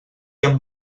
amb